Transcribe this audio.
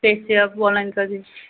पेसे आप ऑनलाइन कर दीजिए